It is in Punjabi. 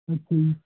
ਅੱਛਾ ਜੀ